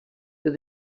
that